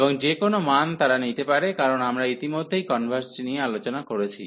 এবং যে কোনও মান তারা নিতে পারে কারণ আমরা ইতিমধ্যেই কনভার্জটি নিয়ে আলোচনা করেছি